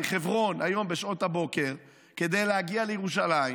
מחברון, היום בשעות הבוקר, כדי להגיע לירושלים